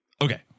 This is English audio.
Okay